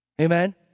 Amen